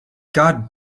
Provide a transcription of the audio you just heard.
god